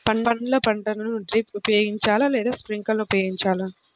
పండ్ల పంటలకు డ్రిప్ ఉపయోగించాలా లేదా స్ప్రింక్లర్ ఉపయోగించాలా?